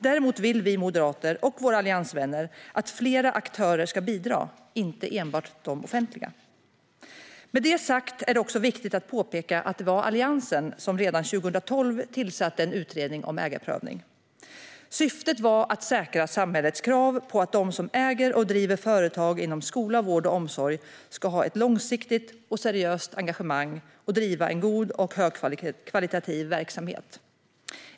Däremot vill vi moderater och våra alliansvänner att flera aktörer ska bidra och inte enbart de offentliga. Med detta sagt är det också viktigt att påpeka att det var Alliansen som redan 2012 tillsatte en utredning om ägarprövning. Syftet var att säkra samhällets krav på att de som äger och driver företag inom skola, vård och omsorg ska ha ett långsiktigt och seriöst engagemang och driva en god och högkvalitativ verksamhet.